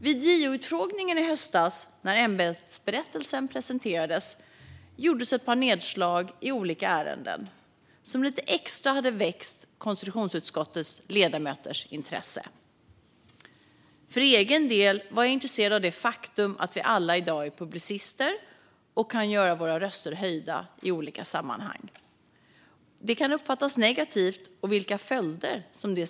Vid JO-utfrågningen i höstas, när ämbetsberättelsen presenterades, gjordes ett par nedslag i olika ärenden som hade väckt konstitutionsutskottets ledamöters intresse lite extra. För egen del var jag intresserad av det faktum att vi alla i dag är publicister och kan göra våra röster hörda i olika sammanhang. Det kan uppfattats negativt, och det kan sedan få följder.